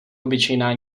obyčejná